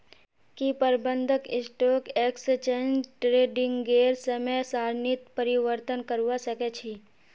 की प्रबंधक stock exchange ट्रेडिंगेर समय सारणीत परिवर्तन करवा सके छी